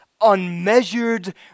unmeasured